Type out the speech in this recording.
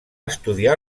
estudiar